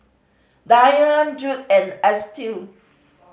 Dayna Judd and Estill